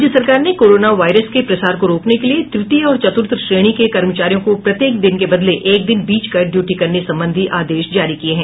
राज्य सरकार ने कोरोना वायरस के प्रसार को रोकने के लिए तृतीय और चतुर्थ श्रेणी के कर्मचारियों को प्रत्येक दिन के बदले एक दिन बीच कर ड्यूटी करने संबंधी आदेश जारी किए हैं